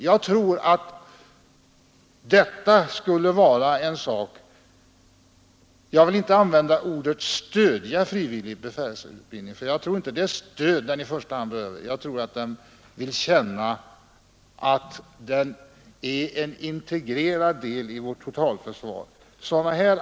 ?” Jag tror att detta skulle vara ett sätt att — jag vill inte använda uttrycket stödja den frivilliga befälsutbildningen, för jag tror inte att det är ett stöd den främst behöver — få dem att känna att de är en integrerad del i vårt totalförsvar.